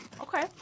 Okay